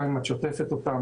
גם אם את שוטפת אותם,